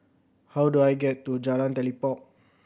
how do I get to Jalan Telipok